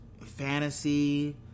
fantasy